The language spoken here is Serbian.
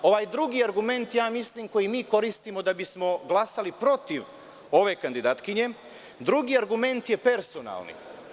Ovaj drugi argument, mislim, koji mi koristimo da bismo glasali protiv ove kandidatkinje, je personalni.